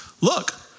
Look